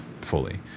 fully